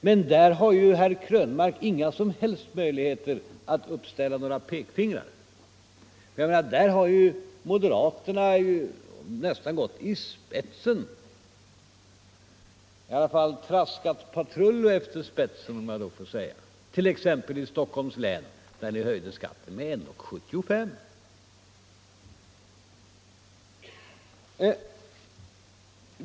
Men där har ju herr Krönmark inga som helst möjligheter att sätta upp något pekfinger. Moderaterna har där nästan gått i spetsen. De har i varje fall traskat patrull efter spetsen, om jag så får säga; t.ex. i Stockholms län där ni höjde skatten med 1:75.